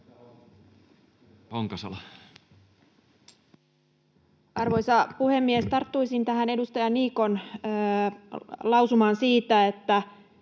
Arvoisa puhemies! Tarttuisin tähän edustaja Niikon lausumaan siitä, että